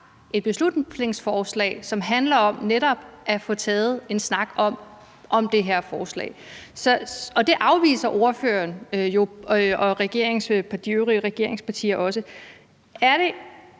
et beslutningsforslag, som handler om netop at få taget en snak om det her forslag. Det afviser ordføreren og de øvrige regeringspartier jo.